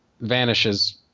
vanishes